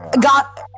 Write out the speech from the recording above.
got